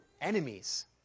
enemies